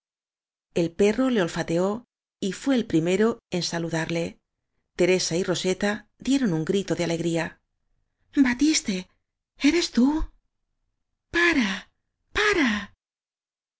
el perro le olfateó y fué el primero en salu darle teresa y roseta dieron un grito de alegría batiste eres tú pare pare